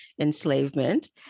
enslavement